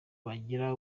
bagira